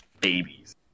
babies